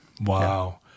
Wow